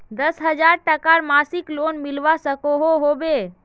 दस हजार टकार मासिक लोन मिलवा सकोहो होबे?